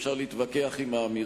ואפשר בוודאי להתווכח עם האמירה.